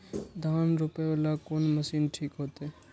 धान रोपे वाला कोन मशीन ठीक होते?